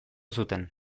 zuten